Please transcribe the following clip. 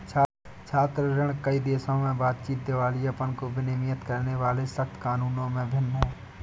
छात्र ऋण, कई देशों में बातचीत, दिवालियापन को विनियमित करने वाले सख्त कानूनों में भी भिन्न है